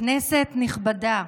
כנסת נכבדה,